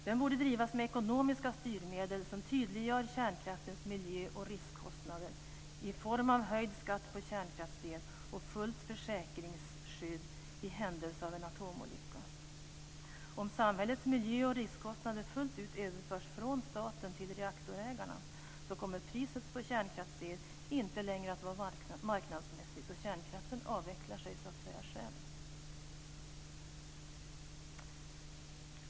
Den borde drivas med ekonomiska styrmedel som tydliggör kärnkraftens miljö och riskkostnader i form av höjd skatt på kärnkraftsel och fullt försäkringsskydd i händelse av en atomolycka. Om samhällets miljö och riskkostnader fullt ut överförs från staten till reaktorägarna kommer priset på kärnkraftsel inte längre att vara marknadsmässigt, och kärnkraften avvecklar sig själv.